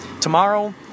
Tomorrow